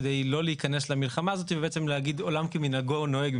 כדי לא להיכנס למלחמה הזאת ובעצם להגיד עולם כמנהגו נוהג,